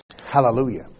Hallelujah